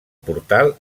portal